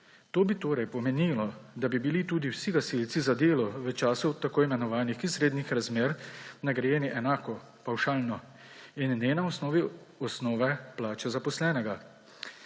To bi torej pomenilo, da bi bili tudi vsi gasilci za delo v času tako imenovanih izrednih razmer nagrajeni enako pavšalno in ne na osnovi osnove plače zaposlenega.